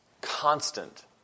constant